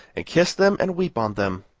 and kiss them and weep on them.